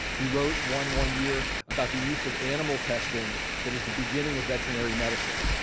he wrote one one year about the use of animal testing that is the beginning of veterinary medicine.